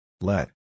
Let